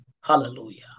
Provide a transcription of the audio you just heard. Hallelujah